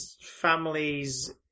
families